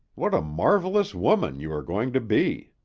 what a marvelous woman you are going to be!